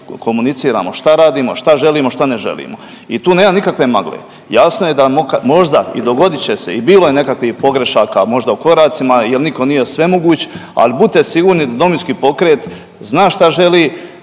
komuniciramo šta radimo, šta želimo, šta ne želimo i tu nema nikakve magle. Jasno je da možda i dogodit će se i bilo je nekakvih pogrešaka možda u koracima jer nitko nije svemoguć ali budite sigurni da Domovinski pokret zna šta želi,